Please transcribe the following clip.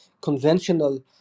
conventional